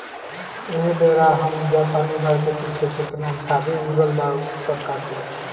एह बेरा हम जा तानी घर के पीछे जेतना झाड़ी उगल बा ऊ सब के काटे